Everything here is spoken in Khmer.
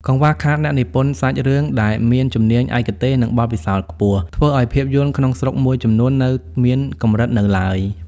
កង្វះខាតអ្នកនិពន្ធសាច់រឿងដែលមានជំនាញឯកទេស និងបទពិសោធន៍ខ្ពស់ ធ្វើឱ្យភាពយន្តក្នុងស្រុកមួយចំនួននៅមានកម្រិតនៅឡើយ។